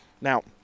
Now